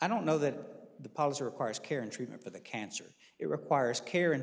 i don't know that the policy requires care and treatment for the cancer it requires care